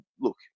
look